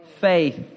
faith